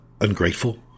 ungrateful